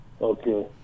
Okay